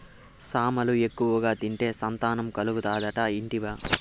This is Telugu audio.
సామలు ఎక్కువగా తింటే సంతానం కలుగుతాదట ఇంటివా